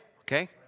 okay